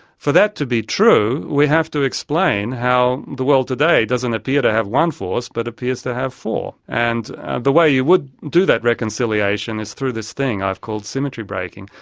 for that to be true, we have to explain how the world today doesn't appear to have one force but appears to have four. and the way you would do that reconciliation is through this thing i've called symmetry breaking,